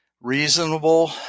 reasonable